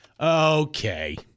okay